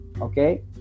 okay